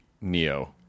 Neo